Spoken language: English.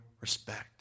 respect